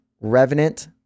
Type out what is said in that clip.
Revenant